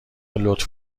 لطف